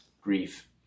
grief